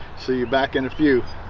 see you back in a few